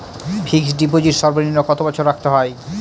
Fixed deposit সর্বনিম্ন কত বছর রাখতে হয়?